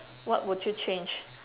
what would you change